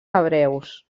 hebreus